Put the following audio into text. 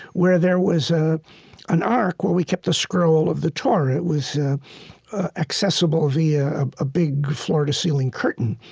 where there was ah an ark where we kept the scroll of the torah. it was accessible via a big floor-to-ceiling curtain.